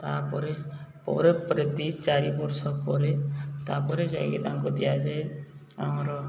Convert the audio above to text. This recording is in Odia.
ତା'ପରେ ପରେ ପରେ ଦୁଇ ଚାରି ବର୍ଷ ପରେ ତା'ପରେ ଯାଇକି ତାଙ୍କୁ ଦିଆଯାଏ ଆମର